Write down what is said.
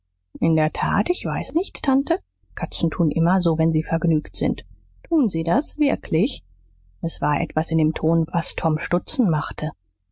in der tat ich weiß nicht tante katzen tun immer so wenn sie vergnügt sind tun sie wirklich es war etwas in dem ton was tom stutzen machte